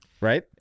right